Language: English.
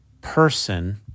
person